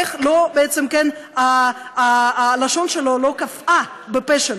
איך הלשון שלו לא קפאה בפה שלו.